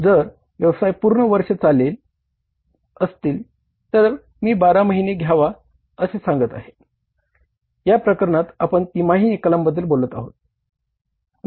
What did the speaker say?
जर व्यवसाय पूर्ण वर्ष चालले असतील तर मी 12 महिने घ्यावा असे सांगत आहे या प्रकरणात आपण तिमाही निकालांबद्दल बोलत आहोत